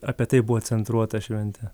apie tai buvo centruota šventė